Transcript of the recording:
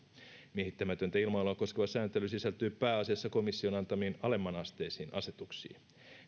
miehittämätöntä ilmailua koskeva sääntely sisältyy pääasiassa komission antamiin alemmanasteisiin asetuksiin